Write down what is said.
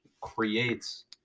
creates